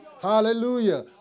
Hallelujah